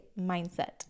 Mindset